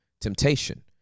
temptation